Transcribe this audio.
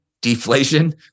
deflation